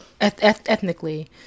ethnically